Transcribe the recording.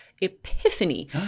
epiphany